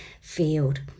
field